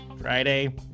Friday